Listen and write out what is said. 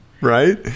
Right